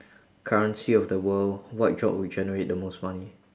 currency of the world what job would generate the most money